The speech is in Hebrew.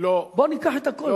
בוא ניקח את הכול.